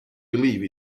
believe